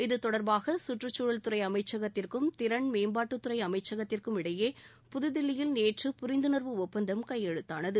இது தொடர்பாக சுற்றுக்சூழல்துறை அமைச்சகத்திற்கும் திறன் மேம்பாட்டுத்துறை அமைச்சகத்திற்கும் இடையே புதுதில்லியில் நேற்று புரிந்துணர்வு ஒப்பந்தம் கையெழுத்தானது